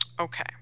Okay